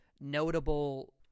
notable